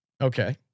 Okay